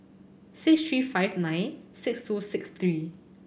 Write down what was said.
six three five nine six two six three